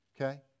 Okay